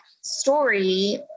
story